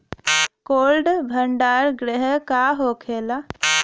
Cold भण्डार गृह का होखेला?